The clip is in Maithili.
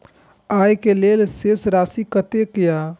आय के लेल शेष राशि कतेक या?